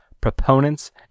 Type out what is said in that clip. proponents